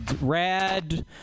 Rad